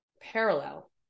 parallel